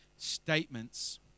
statements